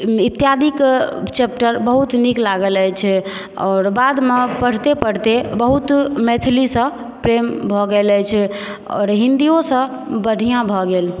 इत्यादिकऽ chapter बहुत नीक लागल अछि आओर बादमे पढ़ते पढ़ते बहुत मैथिलीसँ प्रेम भऽ गेल अछि आओर हिन्दिओसँ बढ़िआँ भऽ गेल